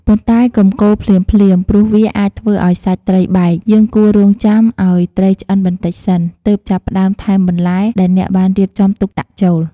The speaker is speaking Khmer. ប៉ុន្តែ កុំកូរភ្លាមៗ ព្រោះវាអាចធ្វើឱ្យសាច់ត្រីបែក យើងគួររង់ចាំឱ្យត្រីឆ្អិនបន្តិចសិន ទើបចាប់ផ្ដើម ថែមបន្លែ ដែលអ្នកបានរៀបចំទុកដាក់ចូល។